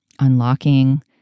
unlocking